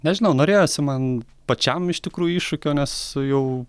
nežinau norėjosi man pačiam iš tikrųjų iššūkio nes jau